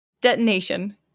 Detonation